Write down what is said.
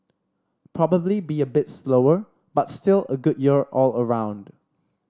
probably be a bit slower but still a good year all around